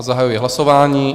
Zahajuji hlasování.